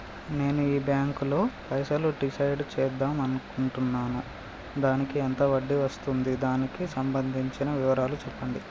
నేను ఈ బ్యాంకులో పైసలు డిసైడ్ చేద్దాం అనుకుంటున్నాను దానికి ఎంత వడ్డీ వస్తుంది దానికి సంబంధించిన వివరాలు చెప్పండి?